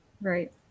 Right